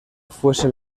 fuese